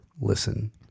listen